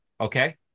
Okay